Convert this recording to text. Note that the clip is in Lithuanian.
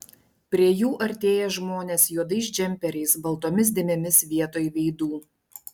prie jų artėja žmonės juodais džemperiais baltomis dėmėmis vietoj veidų